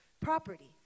property